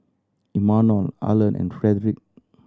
Imanol Arlen and Frederick